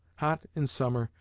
hot in summer,